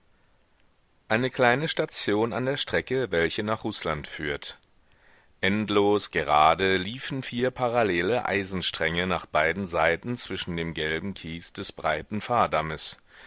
eine kleine station an der strecke welche nach rußland führt endlos gerade liefen vier parallele eisenstränge nach beiden seiten zwischen dem gelben kies des breiten